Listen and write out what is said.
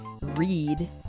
read